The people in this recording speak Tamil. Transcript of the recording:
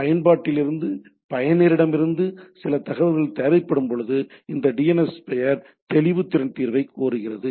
பயன்பாட்டிலிருந்து பயனரிடமிருந்து சில தகவல்கள் தேவைப்படும்போது அது டிஎன்எஸ் பெயர் தெளிவுத்திறன் தீர்வைக் கோருகிறது